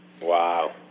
Wow